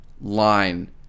line